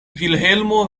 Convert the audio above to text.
vilhelmo